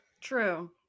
True